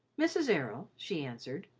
mrs. errol, she answered.